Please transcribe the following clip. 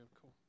Cool